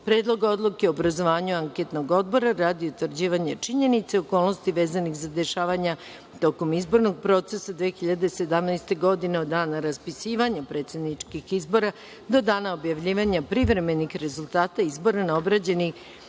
Predlog odluke o obrazovanju anketnog odbora radi utvrđivanja činjenica i okolnosti vezanoh za dešavanja tokom izbornog procesa 2017. godine, od dana raspisivanja predsedničkih izbora, do dana objavljivanja privremenih rezultata izbora na obrađenih